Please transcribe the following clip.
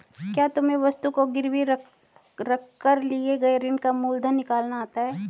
क्या तुम्हें वस्तु को गिरवी रख कर लिए गए ऋण का मूलधन निकालना आता है?